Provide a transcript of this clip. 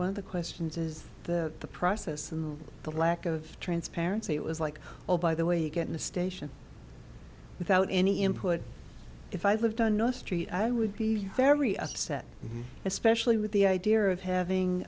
one of the questions is the the process and the lack of transparency it was like oh by the way you get in the station without any input if i lived on north street i would be very upset especially with the idea of having